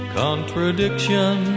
contradiction